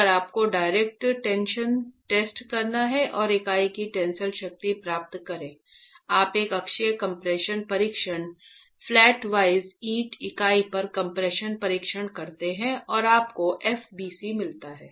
अगर आपको direct tension test करना है और इकाई की टेंसिल शक्ति प्राप्त करें आप एक अक्षीय कम्प्रेशन परीक्षण फ्लैट वाइज ईंट इकाई पर कम्प्रेशन परीक्षण करते हैं और आपको f bc मिलता है